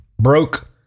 broke